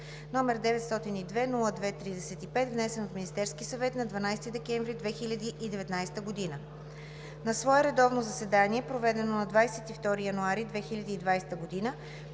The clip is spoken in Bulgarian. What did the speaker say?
№ 902-02-35, внесен от Министерския съвет на 12 декември 2019 г. На свое редовно заседание, проведено на 22 януари 2020 г.,